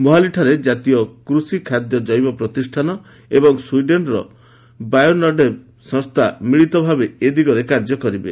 ମୋହାଲିଠାରେ କାତୀୟ କୃଷି ଖାଦ୍ୟ ଜୈବ ପ୍ରତିଷ୍ଠାନ ଏବଂ ସ୍ୱିଡେନ୍ର ବାୟୋନଡେଭ୍ ସଂସ୍ଥା ମିଳିତ ଭାବେ ଏ ଦିଗରେ କାର୍ଯ୍ୟ କରିବେ